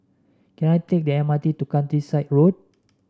can I take the M R T to Countryside Road